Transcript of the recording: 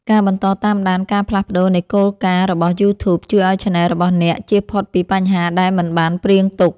ការបន្តតាមដានការផ្លាស់ប្តូរនៃគោលការណ៍របស់ យូធូប ជួយឱ្យឆានែលរបស់អ្នកជៀសផុតពីបញ្ហាដែលមិនបានព្រាងទុក។